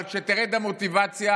אבל כשתרד המוטיבציה